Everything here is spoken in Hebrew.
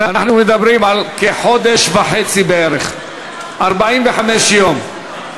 אנחנו מדברים על כחודש וחצי בערך, 45 יום.